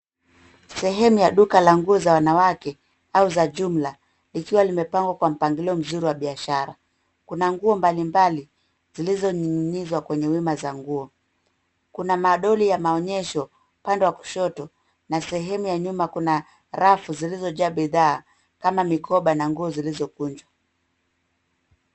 Sehemu ya duka la nguo za wanawake au za jumla llikiwa limepangwa kwa mpangilio mzuri wa biashara. Kuna nguo mbalimbali zilizoning'inizwa kwenye wima za nguo. Kuna malori ya maonyesho upande wa kushoto na sehemu ya nyuma kuna rafu zilizojaa bidhaa kama mikoba na nguo zilizokunjwa.